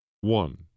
One